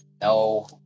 No